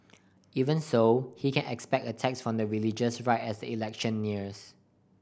even so he can expect attacks from the religious right as the election nears